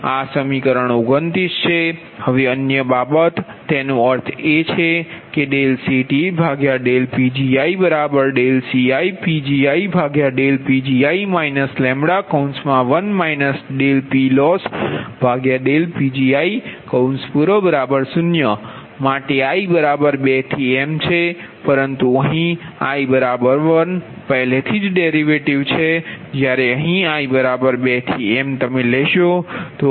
આ સમીકરણ 29 છે હવે અન્ય બાબત તેનો અર્થ એ છે કે dCTdPgidCidPgi 1 dPLossdPgi0 માટે i23m પરંતુ અહીં i 1 પહેલેથી જ ડેરિવેટિવ છે જ્યારે અહીં i23m તમે લેશો